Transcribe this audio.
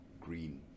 green